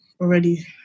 already